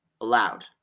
allowed